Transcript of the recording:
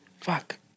Fuck